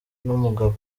numugabo